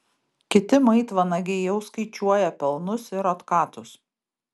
kiti maitvanagiai jau skaičiuoja pelnus ir otkatus